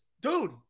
dude